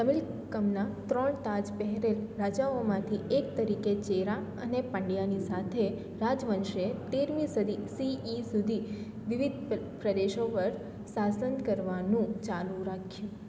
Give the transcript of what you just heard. તમિલકમના ત્રણ તાજ પહેરેલ રાજાઓમાંથી એક તરીકે ચેરા અને પન્ડયાની સાથે રાજવંશે તેરમી સદી સીઇ સુધી વિવિધ પ્રદેશો પર શાસન કરવાનું ચાલું રાખ્યું